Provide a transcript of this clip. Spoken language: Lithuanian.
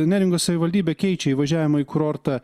neringos savivaldybė keičia įvažiavimo į kurortą